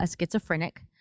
schizophrenic